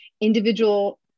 individual